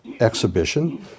exhibition